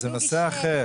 זה נושא אחר.